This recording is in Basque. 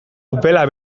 upela